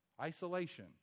Isolation